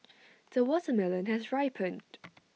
the watermelon has ripened